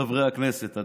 חברי הכנסת,